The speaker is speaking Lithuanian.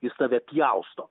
jis tave pjausto